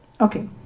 Okay